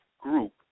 group